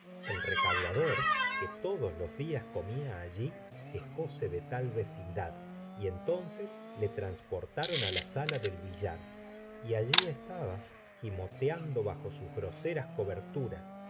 el recaudador que todos los días comía allí quejóse de tal vecindad y entonces le transportaron á la salla del billar y allí estaba gi moteando bajo sus groseras coberturas